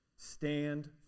Stand